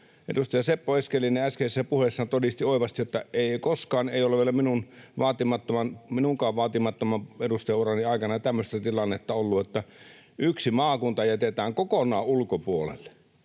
Edustaja Seppo Eskelinen äskeisessä puheessaan todisti oivasti, että koskaan ei ole vielä minunkaan vaatimattoman edustajaurani aikana tämmöistä tilannetta ollut, että yksi maakunta jätetään kokonaan ulkopuolelle.